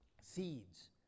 seeds